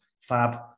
fab